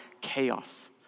chaos